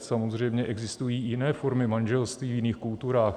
Samozřejmě existují i jiné formy manželství v jiných kulturách.